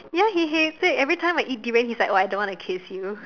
ya he he said everytime I eat durian he's like oh I don't want to kiss you